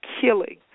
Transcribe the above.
killing